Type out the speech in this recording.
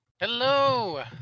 Hello